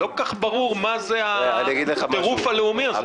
לא כל כך ברור מה זה הטירוף הלאומי הזה.